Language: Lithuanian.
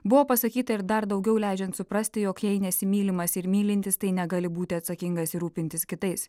buvo pasakyta ir dar daugiau leidžiant suprasti jog jei nesi mylimas ir mylintis tai negali būti atsakingas ir rūpintis kitais